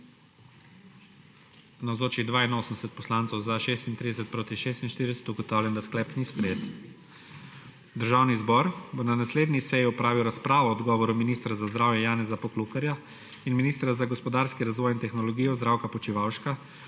46. (Za je glasovalo 36.) (Proti 46.) Ugotavljam, da sklep ni sprejet. Državni zbor bo na naslednji seji opravil razpravo o odgovoru ministra za zdravje Janeza Poklukarja ter ministra za gospodarski razvoj in tehnologijo Zdravka Počivalška